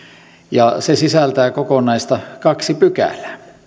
ja se sisältää kokonaista kaksi pykälää